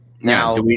Now